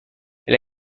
elle